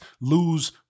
lose